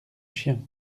chien